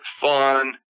fun